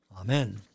Amen